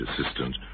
assistant